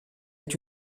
est